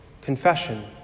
confession